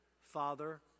Father